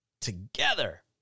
...together